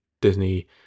Disney